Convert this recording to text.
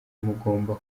mugomba